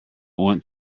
want